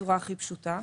בצורה הכי פשוטה.